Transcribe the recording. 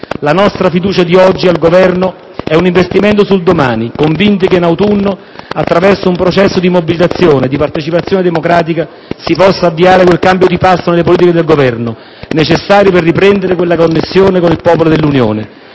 La nostra fiducia di oggi al Governo è un investimento sul domani, convinti che in autunno, attraverso un processo di partecipazione e mobilitazione democratica, si possa avviare quel cambio di passo nelle politiche del Governo, necessario per riprendere quella connessione con il popolo dell'Unione.